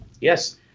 Yes